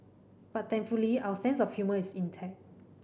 but thankfully our sense of humour is intact